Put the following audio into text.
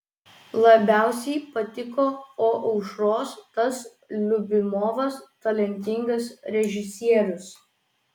labiausiai patiko o aušros tas liubimovas talentingas režisierius